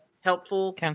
helpful